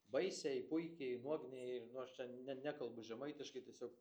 baisiai puikiai nuogniai ir nu aš čia ne nekalbu žemaitiškai tiesiog